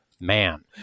man